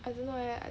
I don't know eh